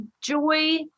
joy